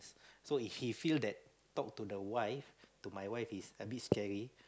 so if he feel that talk to the wife to my wife is a bit scary